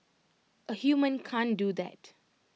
A human can't do that